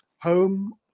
Home